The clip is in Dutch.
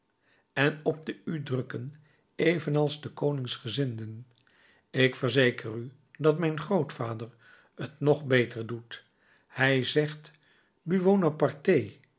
en op de u drukken evenals de koningsgezinden ik verzeker u dat mijn grootvader t nog beter doet hij zegt